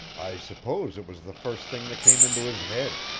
i suppose it was the first thing that came into his head.